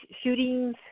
shootings